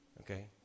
Okay